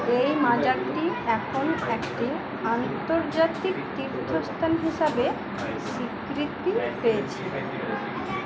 এই মাজারটি এখন একটি আন্তর্জাতিক তীর্থস্থান হিসাবে স্বীকৃতি পেয়েছে